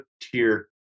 tier